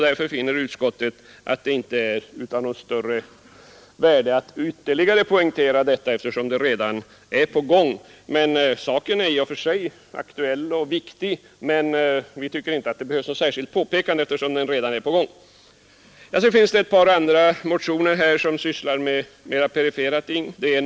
Därför finner utskottet att det inte är av något större värde att ytterligare poängtera säkerhetsfrågorna. Saken är i och för sig aktuell och viktig, men vi tycker inte att det behövs något särskilt påpekande. I ett par andra motioner sysslar man med mer perifera ting.